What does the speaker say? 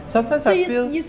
sometimes I feel